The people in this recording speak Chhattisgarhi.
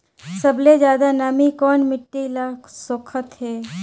सबले ज्यादा नमी कोन मिट्टी ल सोखत हे?